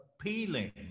appealing